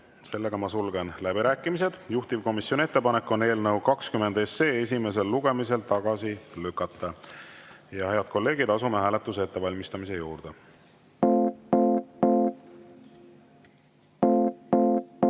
ole. Sulgen läbirääkimised. Juhtivkomisjoni ettepanek on eelnõu 20 esimesel lugemisel tagasi lükata. Head kolleegid, asume hääletuse ettevalmistamise juurde.